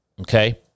Okay